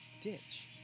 ditch